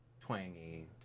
twangy